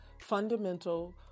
fundamental